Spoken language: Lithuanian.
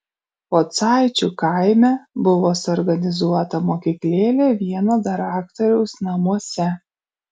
pocaičių kaime buvo suorganizuota mokyklėlė vieno daraktoriaus namuose